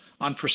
on